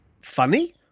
funny